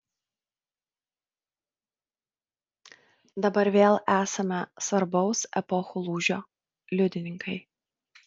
dabar vėl esame svarbaus epochų lūžio liudininkai